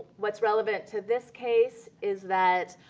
what's relevant to this case, is that